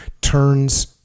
turns